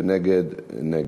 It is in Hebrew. ונגד, נגד.